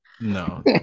No